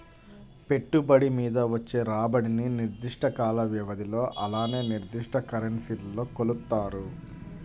పెట్టుబడి మీద వచ్చే రాబడిని నిర్దిష్ట కాల వ్యవధిలో అలానే నిర్దిష్ట కరెన్సీలో కొలుత్తారు